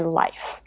life